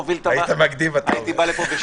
מצטרף.